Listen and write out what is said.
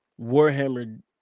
Warhammer